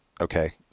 Okay